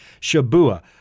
Shabuah